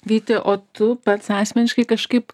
vyti o tu pats asmeniškai kažkaip